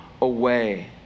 away